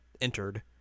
entered